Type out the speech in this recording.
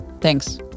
Thanks